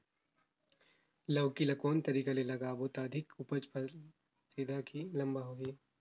लौकी ल कौन तरीका ले लगाबो त अधिक उपज फल सीधा की लम्बा होही?